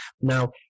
Now